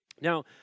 Now